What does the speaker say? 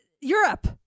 Europe